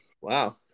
Wow